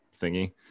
thingy